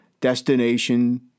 Destination